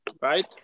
Right